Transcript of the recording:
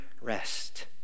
rest